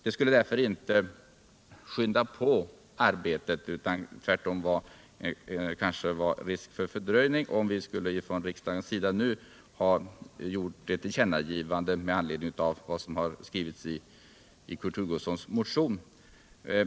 Det skulle därför inte påskynda arbetet utan tvärtom kunna verka fördröjande, om vi nu från riksdagens sida gjorde ett tillkännagivande med anledning av vad som yrkats i Kurt Hugossons motion.